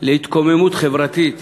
להתקוממות חברתית,